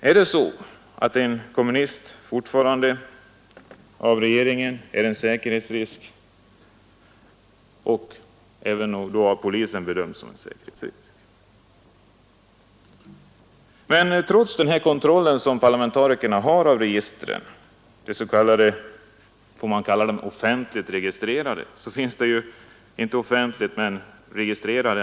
Anses en kommunist fortfarande av regeringen — och även av polisen utgöra en säkerhetsrisk? Parlamentarikerna har en viss kontroll av vilka som finns registrerade.